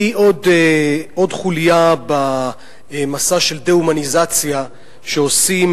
היא עוד חוליה במסע של דה-הומניזציה שעושים